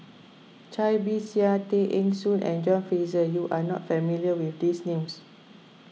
Cai Bixia Tay Eng Soon and John Fraser you are not familiar with these names